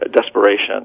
desperation